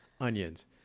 onions